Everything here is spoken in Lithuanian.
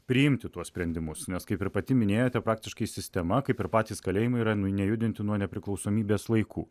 priimti tuos sprendimus nes kaip ir pati minėjote praktiškai sistema kaip ir patys kalėjimai yra nejudinti nuo nepriklausomybės laikų